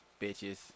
bitches